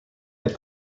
est